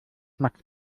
max